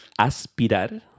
aspirar